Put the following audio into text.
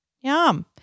Yum